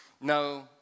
No